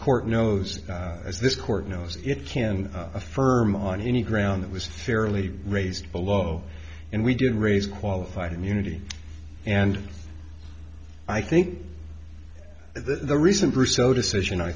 court knows as this court knows it can affirm on any ground that was fairly raised below and we did raise qualified immunity and i think the recent russo decision i